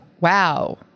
wow